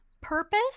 purpose